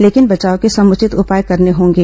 लेकिन बचाव के समूचित उपाय करने होंगे